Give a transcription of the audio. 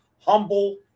Humble